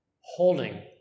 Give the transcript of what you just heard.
holding